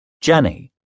Jenny